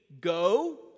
Go